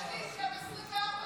יש לי איתכם 24 שעות,